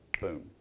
Boom